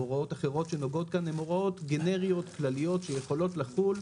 הוראות אחרות שנוגעות כאן הן הוראות גנריות כלליות שיכולות לחול,